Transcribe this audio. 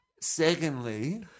Secondly